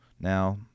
now